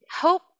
hope